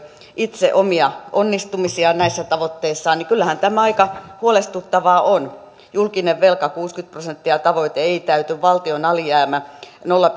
itse omia onnistumisiaan näissä tavoitteissaan ja kyllähän tämä aika huolestuttavaa on julkinen velka kuusikymmentä prosenttia tavoite ei täyty valtion alijäämä nolla